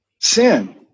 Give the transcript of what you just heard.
sin